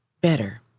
better